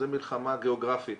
זו מלחמה גיאוגרפית.